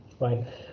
Right